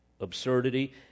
absurdity